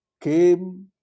came